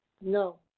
no